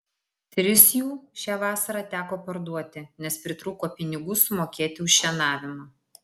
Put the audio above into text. tris jų šią vasarą teko parduoti nes pritrūko pinigų sumokėti už šienavimą